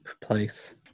place